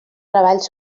treballs